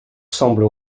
semble